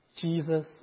Jesus